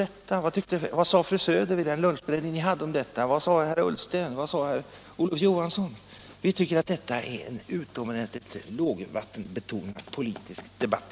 Vi har inte frågat er: Vad sade fru Söder vid den lunchberedning ni hade? Vad sade herr Ullsten? Vad sade herr Olof Johansson? Vi tycker att detta är ett utomordentligt lågvattenbetonat sätt att föra en politisk debatt.